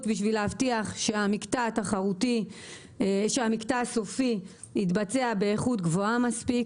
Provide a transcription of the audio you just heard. בשביל להבטיח שהמקטע הסופי יתבצע באיכות גבוהה מספיק,